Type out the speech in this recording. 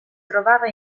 trovava